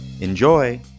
Enjoy